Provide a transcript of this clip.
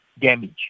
damage